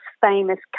famous